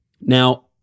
Now